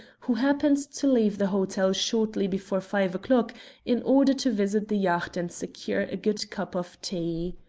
who happened to leave the hotel shortly before five o'clock in order to visit the yacht and secure a good cup of tea.